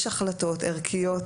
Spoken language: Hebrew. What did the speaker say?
יש החלטות ערכיות,